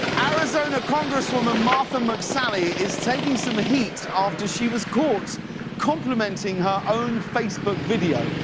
arizona congresswoman martha mcsally is taking some heat after she was caught complimenting her own facebook video.